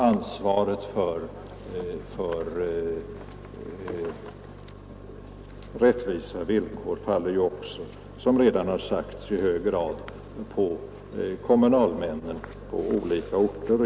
Ansvaret för rättvisa villkor faller också, som redan sagts, i hög grad på kommunalmännen på olika orter.